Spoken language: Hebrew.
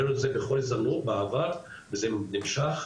ראינו את זה בכל הזדמנות בעבר וזה נמשך.